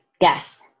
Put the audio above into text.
Yes